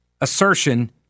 assertion